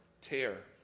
tear